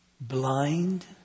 blind